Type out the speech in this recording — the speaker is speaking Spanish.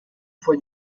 fue